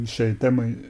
šiai temai